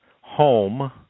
home